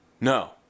no